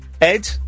Ed